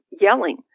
yelling